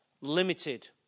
limited